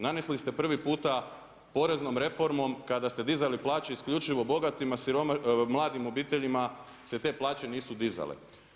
Nanesli ste prvi puta poreznom reformom kada ste dizali plaće isključivo bogatima, mladim obiteljima se te plaće nisu dizale.